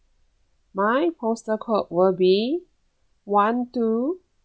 my postal code will be one two